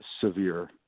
severe